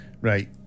right